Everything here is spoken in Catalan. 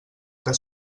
que